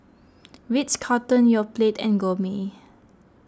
Ritz Carlton Yoplait and Gourmet